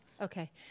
Okay